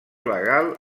legal